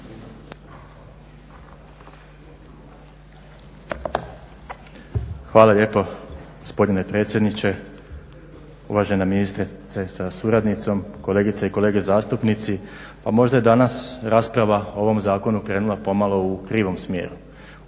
Hvala lijepo gospodine predsjedniče. Uvažena ministrice sa suradnicom, kolegice i kolege zastupnici. Pa možda je danas rasprava o ovom zakonu krenula pomalo u krivom smjeru.